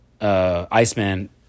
Iceman